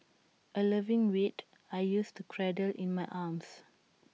A loving weight I used to cradle in my arms